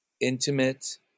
intimate